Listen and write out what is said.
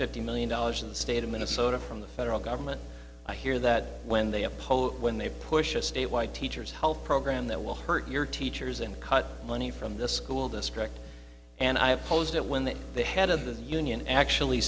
fifty million dollars in the state of minnesota from the federal government i hear that when they oppose when they push a statewide teacher's health program that will hurt your teachers and cut money from the school district and i opposed it when the the head of the union actually